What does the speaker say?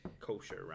kosher